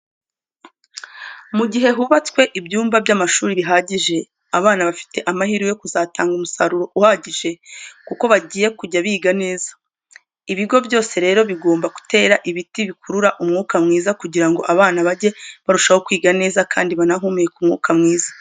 Mu gihe hubatswe ibyumba by'amashuri bihagije, abana bafite amahirwe yo kuzatanga umusaruro uhagije kuko bagiye kujya biga neza. Ibigo byose rero bigomba kutera ibiti bikurura umwuka mwiza kugira ngo abana bajye barushaho kwiga neza kandi banahumeka umwuka mwiza.